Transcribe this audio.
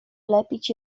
lepić